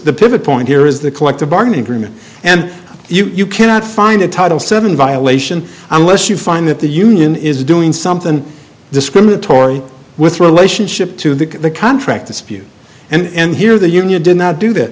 the pivot point here is the collective bargaining agreement and you cannot find a title seven violation unless you find that the union is doing something discriminatory with relationship to the the contract dispute and here the union did not do that